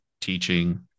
teaching